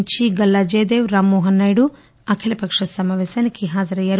నుంచి గల్లా జయదేవ్ రామ్మోహన్ నాయుడు అఖిల పక్ష సమాపేశానికి హాజరయ్యారు